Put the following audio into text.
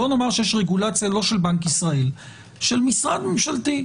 בואו נאמר שיש רגולציה לא של בנק ישראל אלא של משרד ממשלתי.